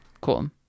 Cool